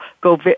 go